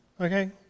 okay